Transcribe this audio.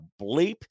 bleep